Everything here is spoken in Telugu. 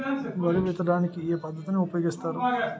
వరి విత్తడానికి ఏ పద్ధతిని ఉపయోగిస్తారు?